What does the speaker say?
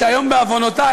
שהיום בעוונותי,